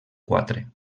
quatre